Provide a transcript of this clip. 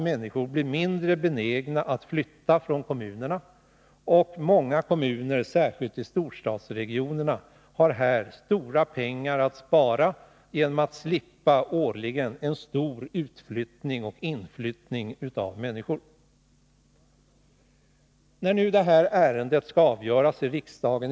Människor blir därmed mindre benägna att flytta från sin kommun. Många kommuner, särskilt i storstadsregionerna, kan härigenom spara stora summor pengar. Nr 33 Man slipper en årlig stor utflyttning och inflyttning av människor. Onsdagen den I detta ärende skall alltså i dag fattas beslut i riksdagen.